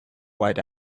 white